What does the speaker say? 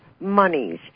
monies